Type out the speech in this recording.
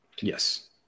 Yes